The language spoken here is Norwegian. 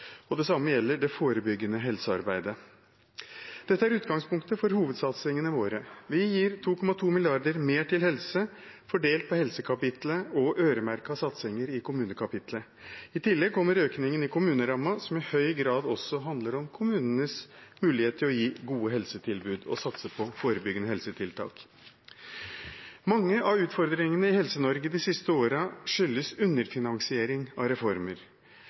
løft. Det samme gjelder det forebyggende helsearbeidet. Dette er utgangspunktet for hovedsatsingene våre. Vi gir 2,2 mrd. kr mer til helse fordelt på helsekapitlet og øremerkede satsinger i kommunekapitlet. I tillegg kommer økningen i kommunerammen, som i høy grad også handler om kommunenes mulighet til å gi gode helsetilbud og satse på forebyggende helsetiltak. Mange av utfordringene i Helse-Norge de siste årene skyldes underfinansiering av reformer,